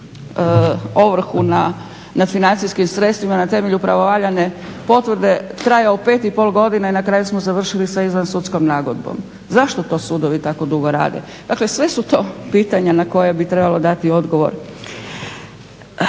ovrhu nad financijskim sredstvima na temelju pravovaljane potvrde, trajao 5,5 godina i na kraju smo završili sa izvan sudskom nagodbom. Zašto to sudovi tako dugo rade? Dakle, sve su to pitanja na koja bi trebalo dati odgovor.